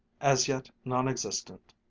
as yet non-existent,